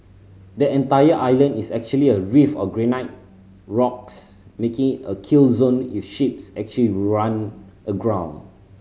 the entire island is actually a reef of granite rocks making a kill zone if ships actually run aground